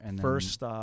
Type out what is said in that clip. First